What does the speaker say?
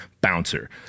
bouncer